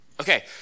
Okay